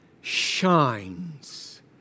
shines